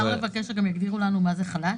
אפשר לבקש שיגדירו לנו מה זה חלש?